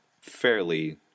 fairly